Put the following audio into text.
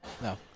No